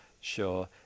sure